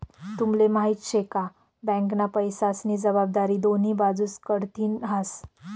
तुम्हले माहिती शे का? बँकना पैसास्नी जबाबदारी दोन्ही बाजूस कडथीन हास